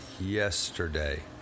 yesterday